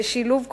ששילוב כוחות,